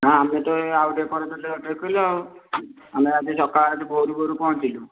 ନା ଆମେ ତ ଏ ଆଉ ଟିକେ ପରେ ଦେଖିଲୁ ଆଉ ଆମେ ଆଜି ସକାଳେ ଭୋର୍ରୁ ଭୋର୍ରୁ ପହଞ୍ଚିଲୁ